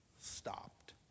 stopped